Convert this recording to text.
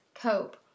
cope